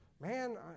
Man